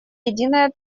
единое